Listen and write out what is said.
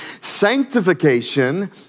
Sanctification